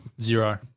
Zero